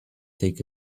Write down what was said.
take